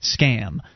scam